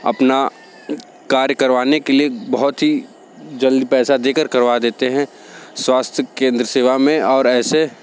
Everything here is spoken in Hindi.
अपना कार्य करवाने के लिए बहुत ही जल्दी पैसा दे कर करवा देते हैं स्वास्थ्य केंद्र सेवा में और ऐसे